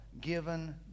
given